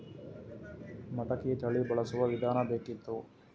ಮಟಕಿ ತಳಿ ಬಳಸುವ ವಿಧಾನ ಬೇಕಿತ್ತು?